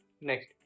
Next